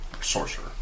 sorcerer